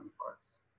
parts